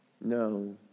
no